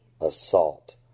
assault